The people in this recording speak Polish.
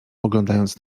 poglądając